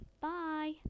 bye